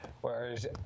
Whereas